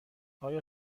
آیا